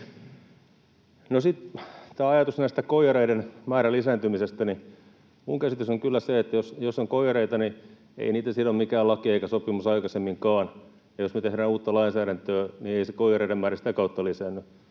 tähän ajatukseen koijareiden määrän lisääntymisestä: Minun käsitykseni on kyllä se, että jos on koijareita, niin ei niitä ole sitonut mikään laki eikä sopimus aikaisemminkaan, ja jos me tehdään uutta lainsäädäntöä, niin ei se koijareiden määrä sitä kautta lisäänny.